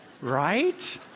right